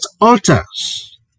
altars